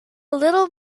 little